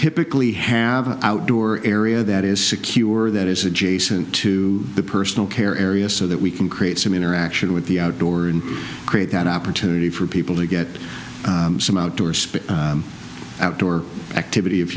typically have an outdoor area that is secure that is adjacent to the personal care area so that we can create some interaction with the outdoors and create that opportunity for people to get some outdoor space outdoor activity if